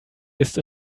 ist